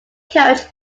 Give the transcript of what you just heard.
coach